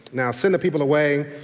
now send the people away,